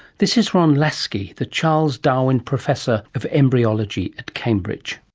this is ron laskey, the charles darwin professor of embryology at cambridge.